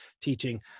teaching